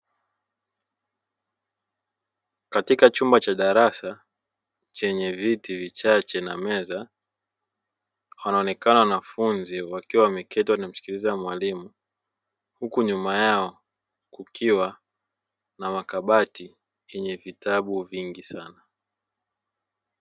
Katika chumba cha darasa chenye viti vichache na meza wanaonekana wanafunzi wakiwa wameketi wanamsikiliza mwalimu, huku nyuma yao kukiwa na makabati yenye vitabu vingi sana.